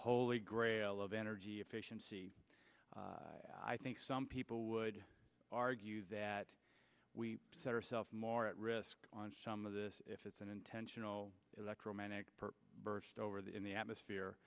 holy grail of energy efficiency i think some people would argue that we set herself more at risk on some of this if it's an intentional electromagnetic burst over the in the atmosphere